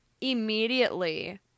immediately